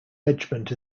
regiment